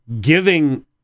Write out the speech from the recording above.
Giving